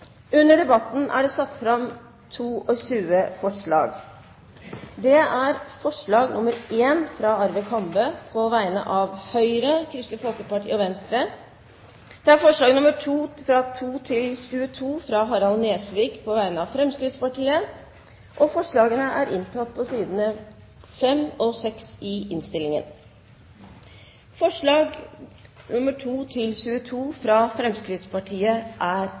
Under debatten er det satt fram 22 forslag. Det er forslag nr. 1, fra Arve Kambe på vegne av Høyre, Kristelig Folkeparti og Venstre forslagene nr. 2–22, fra Harald T. Nesvik på vegne av Fremskrittspartiet Det voteres over forslagene nr. 2–22, fra Fremskrittspartiet.